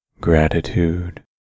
Gratitude